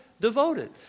devoted